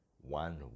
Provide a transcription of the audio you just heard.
one